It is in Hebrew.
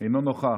אינו נוכח.